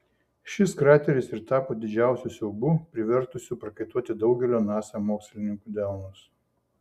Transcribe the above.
šis krateris ir tapo didžiausiu siaubu privertusiu prakaituoti daugelio nasa mokslininkų delnus